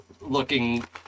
looking